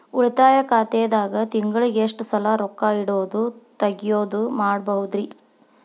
ಉಳಿತಾಯ ಖಾತೆದಾಗ ತಿಂಗಳಿಗೆ ಎಷ್ಟ ಸಲ ರೊಕ್ಕ ಇಡೋದು, ತಗ್ಯೊದು ಮಾಡಬಹುದ್ರಿ?